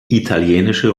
italienische